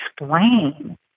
explain